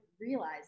realize